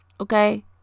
Okay